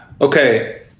Okay